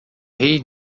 rei